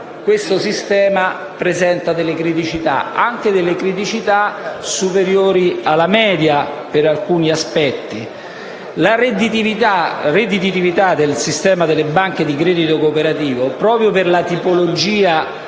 questo sistema presenta delle criticità, anche superiori alla media, per alcuni aspetti. La redditività del sistema delle banche di credito cooperativo, proprio per la tipologia